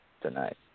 Tonight